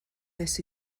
nes